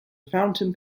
fountain